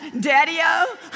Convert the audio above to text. daddy-o